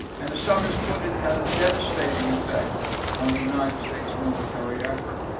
and as summers put it, it had a devastating effect on the united states military effort.